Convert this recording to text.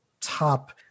top